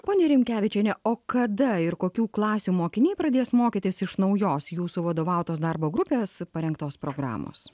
ponia rimkevičiene o kada ir kokių klasių mokiniai pradės mokytis iš naujos jūsų vadovautos darbo grupės parengtos programos